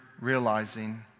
realizing